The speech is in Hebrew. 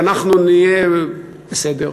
בסדר.